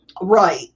Right